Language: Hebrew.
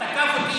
הוא תקף אותי,